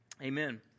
Amen